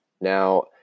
Now